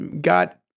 got